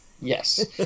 yes